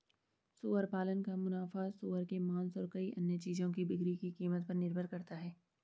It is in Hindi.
सुअर पालन का मुनाफा सूअर के मांस और कई अन्य चीजों की बिक्री की कीमत पर निर्भर करता है